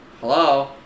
Hello